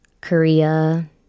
Korea